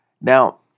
Now